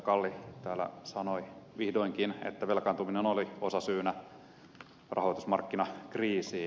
kalli täällä sanoi vihdoinkin että velkaantuminen oli osasyynä rahoitusmarkkinakriisiin